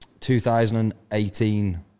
2018